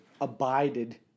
abided